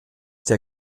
der